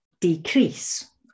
decrease